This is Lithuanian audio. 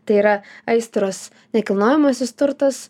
tai yra aistros nekilnojamasis turtas